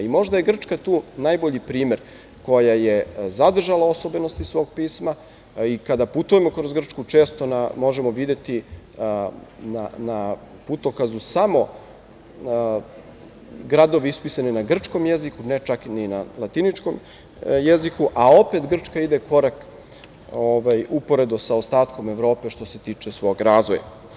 I možda je Grčka tu najbolji primer, koja je zadržala osobenosti svog pisma i kada putujemo kroz Grčku često možemo videti na putokazu samo gradove ispisane na grčkom jeziku, ne čak ni na latiničnom jeziku, a opet Grčka ide korak uporedo sa ostatkom Evrope što se tiče svog razvoja.